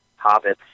Hobbits